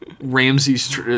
Ramsey's